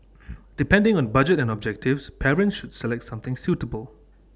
depending on budget and objectives parents should select something suitable